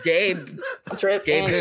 Gabe